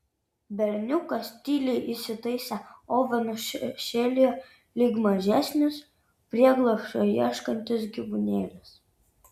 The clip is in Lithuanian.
berniukas tyliai įsitaisė oveno šešėlyje lyg mažesnis prieglobsčio ieškantis gyvūnėlis